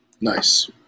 Nice